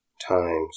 times